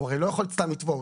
הוא הרי לא יכול סתם לתבוע,